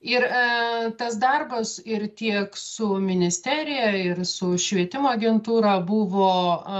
ir e tas darbas ir tiek su ministerija ir su švietimo agentūra buvo